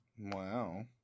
Wow